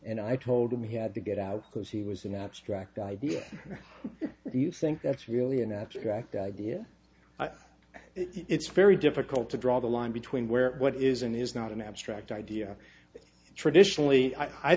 and i told him he had to get out because he was an abstract idea do you think that's really a natural act idea it's very difficult to draw the line between where what is and is not an abstract idea traditionally i